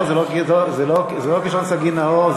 זה בלשון סגי נהור.